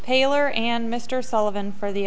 tailor and mr sullivan for the